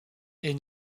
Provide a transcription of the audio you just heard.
est